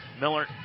Miller